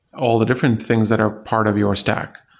all the different things that are part of your stack.